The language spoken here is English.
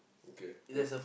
okay then